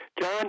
John